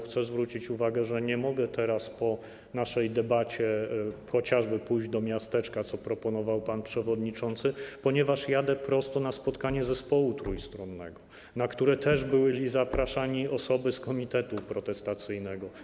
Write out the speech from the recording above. Chcę zwrócić uwagę, że nie mogę teraz po naszej debacie chociażby pójść do miasteczka, co proponował pan przewodniczący, ponieważ jadę prosto na spotkanie zespołu trójstronnego, na które też były zapraszane osoby z komitetu protestacyjnego.